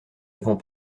avons